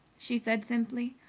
she said simply.